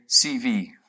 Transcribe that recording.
CV